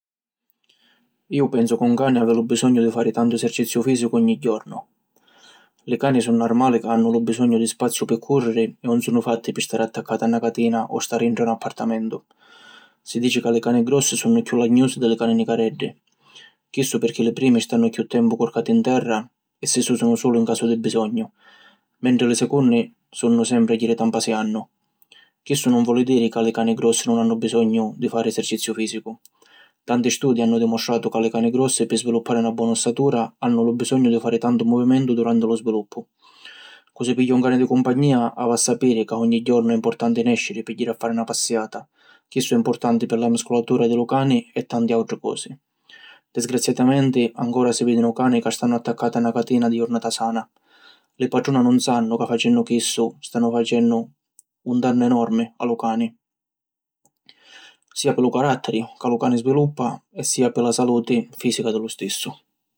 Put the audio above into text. Iu pensu ca un cani havi lu bisognu di fari tantu eserciziu fìsicu ogni jornu. Li cani sunnu armali ca hannu lu bisognu di spaziu pi cùrriri e 'un sunnu fatti pi stari attaccati a na catina o stari intra un appartamentu. Si dici ca li cani grossi sunnu chiù lagnusi di li cani nicareddi. Chissu pirchì li primi stannu chiù tempu curcati in terra e si sùsinu sulu in casu di bisognu, mentri li secunni sunnu sempri a jiri tampasiannu. Chissu nun voli diri ca li cani grossi nun hannu bisognu di fari eserciziu fìsicu. Tanti studi hannu dimostratu ca li cani grossi, pi sviluppari na bona ossatura, hannu lu bisognu di fari tantu movimentu duranti lu sviluppu. Cu' si pigghia un cani pi cumpagnìa, havi a sapiri ca ogni jornu è importanti nèsciri pi jiri a fari na passiata. Chissu è importanti pi la muscolatura di lu cani e a tanti àutri cosi. Disgraziatamenti ancora si vìdinu cani ca stannu attaccati a na catina di jurnata sana. Li patruna nun sannu ca facennu chissu, stannu facennu un dannu enormi a lu cani, sia pi lu caràtteri ca lu cani sviluppa e sia pi la saluti fìsica di lu stissu.